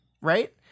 right